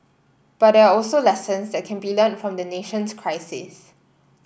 but there are also lessons that can be learnt from the nation's crisis